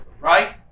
right